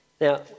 Now